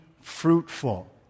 fruitful